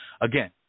again